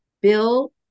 Bill